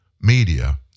media